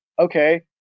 okay